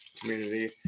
community